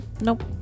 Nope